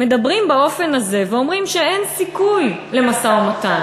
מדברים באופן הזה ואומרים שאין סיכוי למשא-ומתן,